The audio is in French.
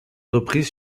reprise